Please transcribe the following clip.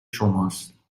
شماست